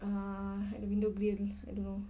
err like the window grill I don't know